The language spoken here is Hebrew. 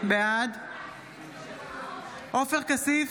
בעד עופר כסיף,